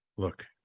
Look